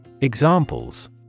Examples